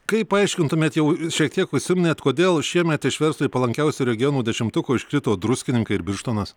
kaip paaiškintumėt jau šiek tiek užsiminėt kodėl šiemet iš verslui palankiausių regionų dešimtuko iškrito druskininkai ir birštonas